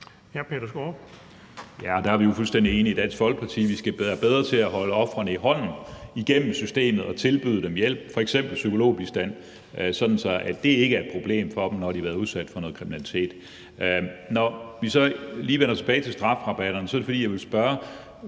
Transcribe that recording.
(DF): Der er vi jo fuldstændig enige i Dansk Folkeparti: Vi skal være bedre til at holde ofrene i hånden igennem systemet og tilbyde dem hjælp, f.eks. psykologbistand, sådan at det ikke er et problem for dem, når de har været udsat for noget kriminalitet. Når vi så lige vender tilbage til strafrabatterne, er det, fordi jeg vil spørge